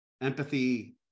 empathy